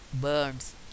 burns